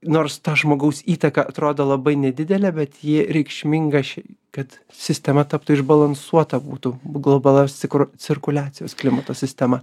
nors ta žmogaus įtaka atrodo labai nedidelė bet ji reikšminga ši kad sistema taptų išbalansuota būtų globalaus cikro cirkuliacijos klimato sistema